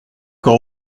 qu’en